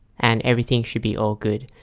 and everything should be all good.